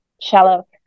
shallow